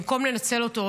במקום לנצל אותו,